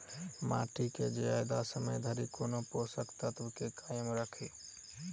माटि केँ जियादा समय धरि कोना पोसक तत्वक केँ कायम राखि?